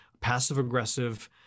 passive-aggressive